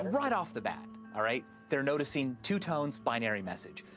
right off the bat, all right? they're noticing two tones, binary message.